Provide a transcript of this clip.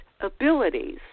abilities